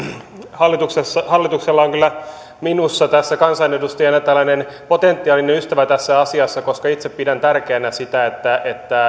hallituksella on kyllä minussa kansanedustajana tällainen potentiaalinen ystävä tässä asiassa koska itse pidän tärkeänä sitä että